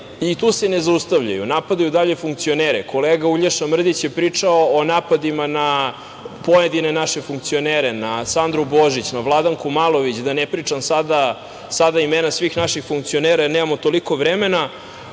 i tu se ne zaustavljaju, napadaju dalje funkcionere. Kolega Uglješa Mrdić je pričao o napadima na pojedine naše funkcionere, na Sandru Božić, na Vladanku Malović, da ne pričam sada imena svih naših funkcionera, jer nemamo toliko vremena.